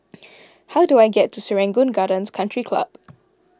how do I get to Serangoon Gardens Country Club